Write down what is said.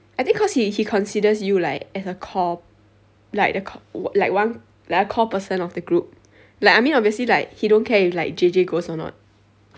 I think cause he he considers you like as a core like the co~ like one like a core person of the group like I mean obviously like he don't care if like J_J goes or not